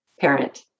parent